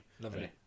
Lovely